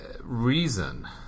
reason